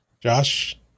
Josh